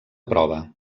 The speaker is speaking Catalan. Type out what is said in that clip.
prova